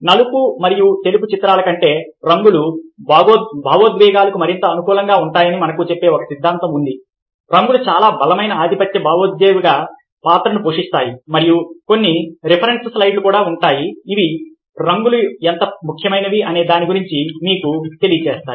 నలుపు మరియు తెలుపు చిత్రాల కంటే రంగులు భావోద్వేగాలకు మరింత అనుకూలంగా ఉంటాయని మనకు చెప్పే ఒక సిద్ధాంతం ఉంది రంగులు చాలా బలమైన ఆధిపత్య భావోద్వేగ పాత్రను పోషిస్తాయి మరియు కొన్ని రిఫరెన్స్ స్లయిడ్ లు ఉంటాయి ఇవి రంగులు ఎంత ముఖ్యమైనవి అనే దాని గురించి మీకు తెలియజేస్తాయి